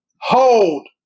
Hold